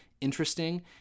interesting